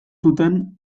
zuten